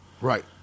Right